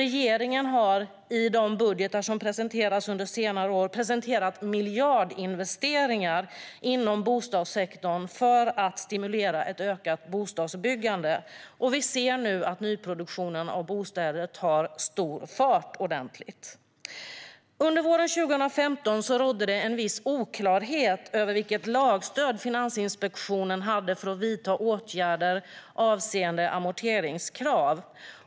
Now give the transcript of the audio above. Regeringen har dessutom i de budgetar som lagts fram under senare år presenterat miljardinvesteringar inom bostadssektorn för att stimulera ett ökat bostadsbyggande, och vi ser nu att nyproduktionen tar fart ordentligt. Under våren 2015 rådde viss oklarhet över vilket lagstöd Finansinspektionen hade för att vidta åtgärder avseende amorteringskrav.